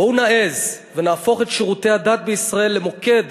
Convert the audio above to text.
בואו נעז ונהפוך את שירותי הדת בישראל למוקד